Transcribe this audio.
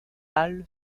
pâle